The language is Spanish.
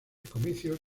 comicios